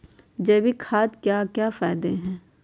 जैविक खाद के क्या क्या फायदे हैं?